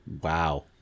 wow